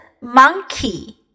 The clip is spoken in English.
monkey